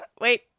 wait